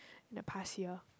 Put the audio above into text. the past year